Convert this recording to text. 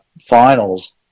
finals